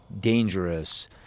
dangerous